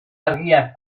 argiak